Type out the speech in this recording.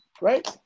right